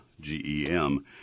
G-E-M